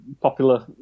popular